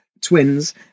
twins